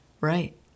Right